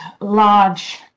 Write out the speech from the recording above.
large